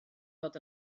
fod